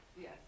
Yes